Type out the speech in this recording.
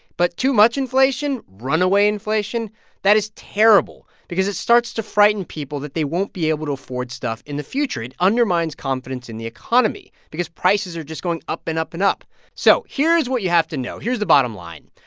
but too much inflation runaway inflation that is terrible because it starts to frighten people that they won't be able to afford stuff in the future. it undermines confidence in the economy because prices are just going up and up and up so here's what you have to know. here's the bottom line.